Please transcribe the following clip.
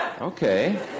Okay